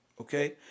okay